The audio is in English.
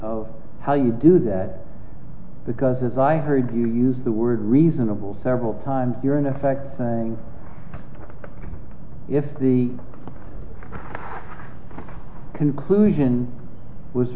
of how you do that because as i heard you use the word reasonable several times you're in effect saying if the conclusion was